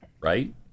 Right